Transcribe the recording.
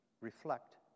reflect